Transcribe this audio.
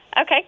Okay